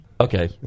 okay